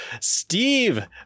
steve